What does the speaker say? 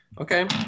Okay